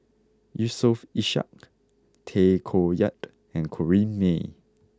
Yusof Ishak Tay Koh Yat and Corrinne May